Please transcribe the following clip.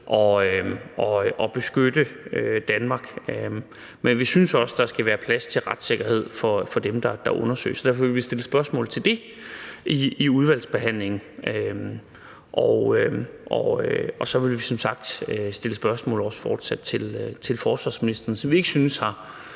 at beskytte Danmark. Men vi synes også, der skal være plads til retssikkerhed for dem, der undersøges. Derfor vil vi stille spørgsmål til det i udvalgsbehandlingen, og vi vil som sagt også fortsat stille spørgsmål til forsvarsministeren, som vi ikke synes har